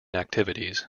activities